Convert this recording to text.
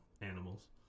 animals